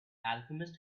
alchemist